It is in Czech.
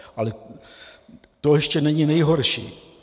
Ale to ještě není nejhorší.